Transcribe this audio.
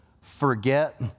forget